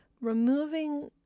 removing